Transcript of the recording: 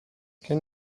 can